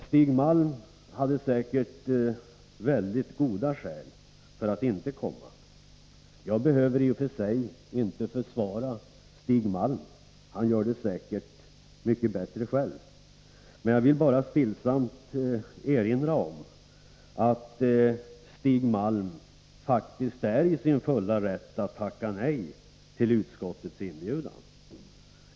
Stig Malm hade säkert mycket goda skäl för att inte komma. Jag behöver i och för sig inte försvara Stig Malm — han gör det säkert mycket bättre själv. Men jag vill bara stillsamt erinra om att Stig Malm faktiskt är i sin fulla rätt att tacka nej till utskottets inbjudan.